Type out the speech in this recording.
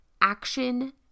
action